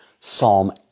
Psalm